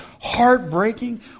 heartbreaking